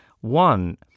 one